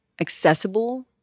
accessible